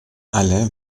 alle